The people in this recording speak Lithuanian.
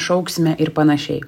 šauksime ir panašiai